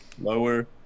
lower